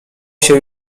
się